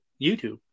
YouTube